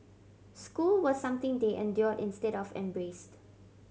school was something they endured instead of embraced